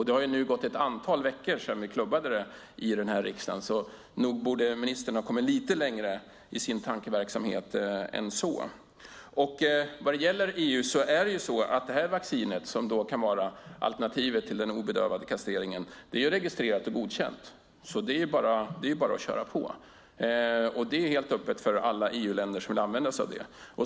Det har nu gått ett antal veckor sedan vi klubbade beslutet i riksdagen, så nog borde ministern ha kommit lite längre i sin tankeverksamhet än så. Vad gäller EU är vaccinet som kan vara alternativet till den obedövade kastreringen registrerat och godkänt, så det är bara att köra på. Det är helt öppet för alla EU-länder som vill använda sig av det.